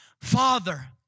Father